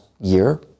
year